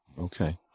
Okay